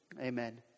Amen